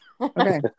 okay